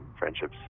friendships